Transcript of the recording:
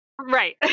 Right